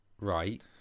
Right